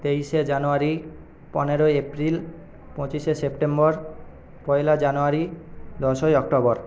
তেইশে জানুয়ারি পনেরোই এপ্রিল পঁচিশে সেপ্টেম্বর পয়লা জানুয়ারি দশই অক্টোবর